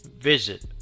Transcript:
visit